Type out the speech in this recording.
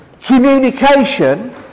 communication